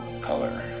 color